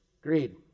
Greed